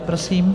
Prosím.